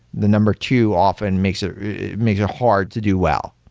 the number two often makes it makes it hard to do well.